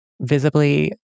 visibly